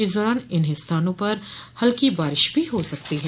इस दौरान इन स्थानों में हल्की बारिश भी हो सकती है